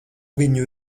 viņu